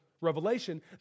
revelation